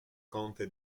conte